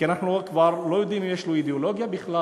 כי אנחנו כבר לא יודעים אם יש לו אידיאולוגיה בכלל.